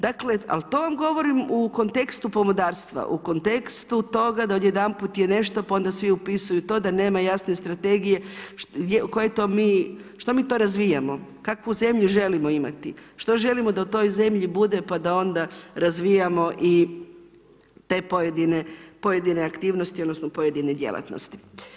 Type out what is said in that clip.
Dakle, ali to vam govorim u kontekstu pomodarstva, u kontekstu toga da odjedanput je nešto pa onda svi upisuju to, da nema jasne strategije što mi to razvijamo, kako svu zemlju želimo imati, što želimo da u toj zemlji bude pa da onda razvijamo i te pojedine aktivnosti odnosno pojedine djelatnosti.